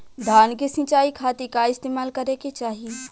धान के सिंचाई खाती का इस्तेमाल करे के चाही?